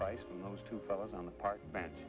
price of those two fellows on the park bench